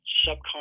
subconscious